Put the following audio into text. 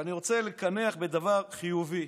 ואני רוצה לקנח בדבר חיובי.